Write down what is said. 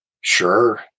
Sure